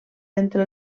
entre